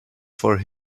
for